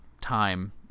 time